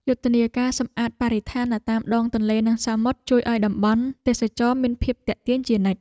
យុទ្ធនាការសម្អាតបរិស្ថាននៅតាមដងទន្លេ និងសមុទ្រជួយឱ្យតំបន់ទេសចរណ៍មានភាពទាក់ទាញជានិច្ច។